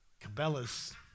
Cabela's